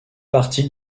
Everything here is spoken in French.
partie